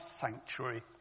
sanctuary